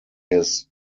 his